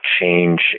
change